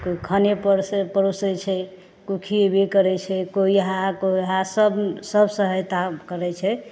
केओ खने परसे परोसै छै केओ खियबे करै छै केओ इहए केओ ओहए सब सब सहायता करै छै